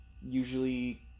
usually